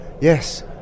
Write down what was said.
yes